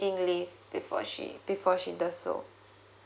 leave before she before she does so